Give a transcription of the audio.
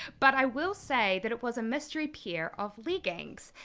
but i will say that it was a mystery pair of leggings.